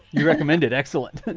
you recommend it. excellent. but